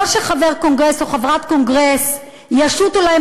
לא שחבר קונגרס או חברת קונגרס ישוטו להם